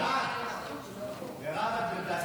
רציפות על הצעת חוק הספורט (תיקון מס' 16) (הסדרת העיסוק באימון ספורט),